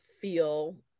feel